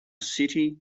city